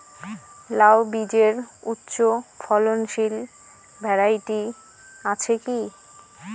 লাউ বীজের উচ্চ ফলনশীল ভ্যারাইটি আছে কী?